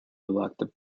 elected